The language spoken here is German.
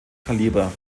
kaliber